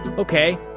but okay.